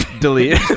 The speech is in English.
delete